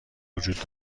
وجود